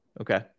Okay